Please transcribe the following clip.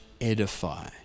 edify